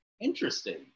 interesting